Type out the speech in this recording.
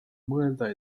mõelda